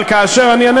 אתה לא עונה